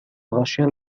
rachel